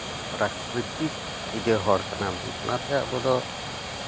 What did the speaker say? ᱯᱨᱟᱠᱨᱤᱛᱤᱠ ᱯᱩᱡᱟᱹ ᱦᱚᱲ ᱠᱟᱱᱟ ᱵᱚᱱ ᱚᱱᱟᱛᱮ ᱟᱵᱚᱫᱚ